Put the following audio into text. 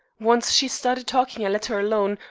once she started talking i let her alone,